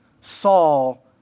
Saul